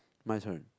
my turn